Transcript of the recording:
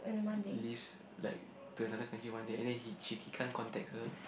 leaves like to another country one day and then he she he can't contact her